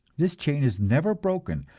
this chain is never broken,